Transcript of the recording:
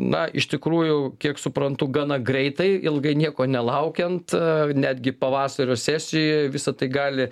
na iš tikrųjų kiek suprantu gana greitai ilgai nieko nelaukiant netgi pavasario sesijoj visa tai gali